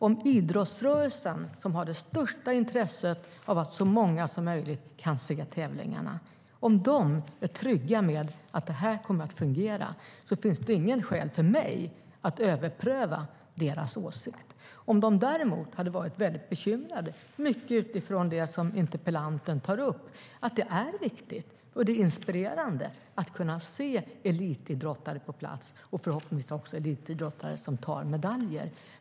Om man i idrottsrörelsen, som har det största intresset av att så många som möjligt kan se tävlingarna, är trygg med att det här kommer att fungera finns det inget skäl för mig att överpröva deras åsikt. Om man i idrottsrörelsen hade varit bekymrad utifrån det som interpellanten tar upp - att det är viktigt och inspirerande att kunna se elitidrottare på plats, förhoppningsvis också sådana som tar medaljer - hade det varit annorlunda.